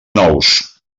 nous